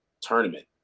tournament